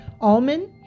almond